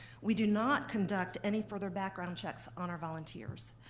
we do not conduct any further background checks on our volunteers,